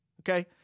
okay